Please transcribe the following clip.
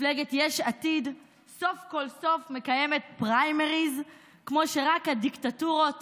מפלגת יש עתיד סוף כל סוף מקיימת פריימריז כמו שרק הדיקטטורות